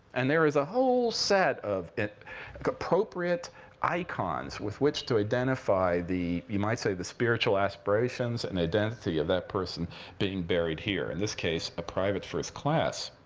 and there is a whole set of ah appropriate icons with which to identify the you might say, the spiritual aspirations and identity of that person being buried here, in this case, a private first class,